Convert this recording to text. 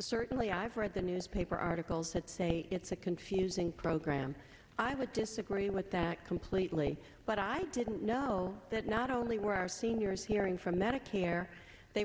certainly i've read the newspaper articles that say it's a confusing program i would disagree with that completely but i didn't know that not only were our seniors hearing from medicare they